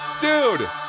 Dude